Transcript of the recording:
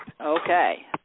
Okay